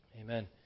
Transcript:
Amen